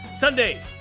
Sunday